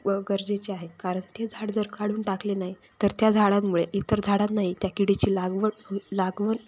व गरजेचे आहे कारण ते झाड जर काढून टाकले नाही तर त्या झाडामुळे इतर झाडांनाही त्या किडीची लागवण हो लागवण